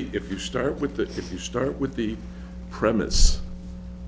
the if you start with that if you start with the premise